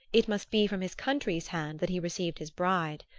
it must be from his country's hand that he received his bride.